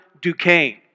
Duquesne